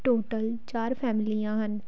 total ਚਾਰ ਫੈਮਿਲੀਆਂ ਹਨ